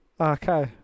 Okay